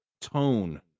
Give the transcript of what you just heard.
tone